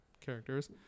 characters